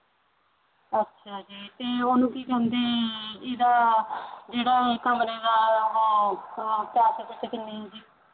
ਅੱਛਾ ਜੀ ਅਤੇ ਓਹਨੂੰ ਕੀ ਕਹਿੰਦੇ ਇਹਦਾ ਜਿਹੜਾ ਕਮਰੇ ਦਾ ਉਹ ਉਹ ਪੈਸੇ ਪੂਸੇ ਕਿੰਨੇ ਹੈ ਜੀ